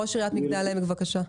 ראש עיריית מגדל העמק, בבקשה.